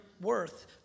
worth